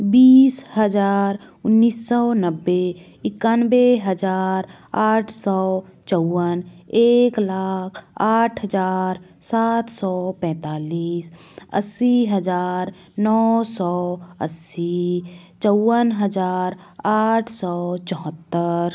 बीस हज़ार उन्नीस सौ नब्बे इकानवे हज़ार आठ सौ चौवन एक लाख आठ हज़ार सात सौ पैंतालीस अस्सी हज़ार नौ सौ अस्सी चौवन हज़ार आठ सौ चौहत्तर